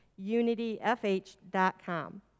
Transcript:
unityfh.com